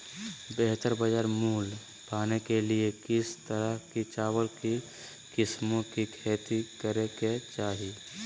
बेहतर बाजार मूल्य पाने के लिए किस तरह की चावल की किस्मों की खेती करे के चाहि?